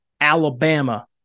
Alabama